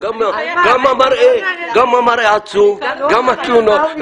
גם המראה עצוב, גם התלונות.